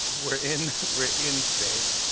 we're in we're in space.